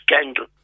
scandal